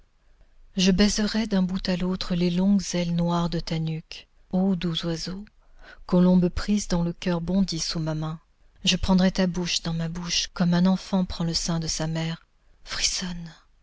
je baiserai d'un bout à l'autre les longues ailes noires de ta nuque ô doux oiseau colombe prise dont le coeur bondit sous ma main je prendrai ta bouche dans ma bouche comme un enfant prend le sein de sa mère frissonne